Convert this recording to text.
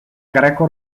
greco